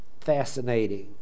fascinating